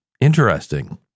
interesting